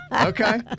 okay